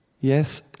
Yes